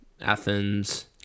Athens